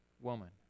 woman